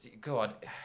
God